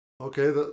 Okay